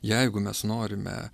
jeigu mes norime